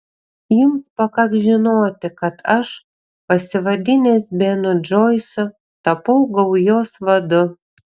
jums pakaks žinoti kad aš pasivadinęs benu džoisu tapau gaujos vadu